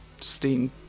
Steam